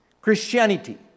Christianity